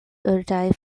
urĝaj